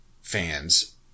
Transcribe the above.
fans